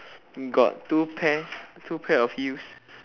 got two pairs two pairs of heels